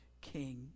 king